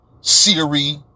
Siri